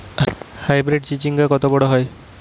Hybrid চিচিংঙ্গা কত বড় হয়?